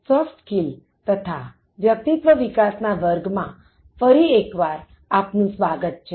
soft skill તથા વ્યક્તિત્ત્વ વિકાસ ના વર્ગમાં ફરી એક્વાર આપનું સ્વાગત છે